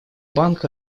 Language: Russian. банк